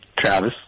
Travis